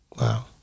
Wow